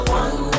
one